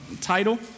title